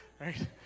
Right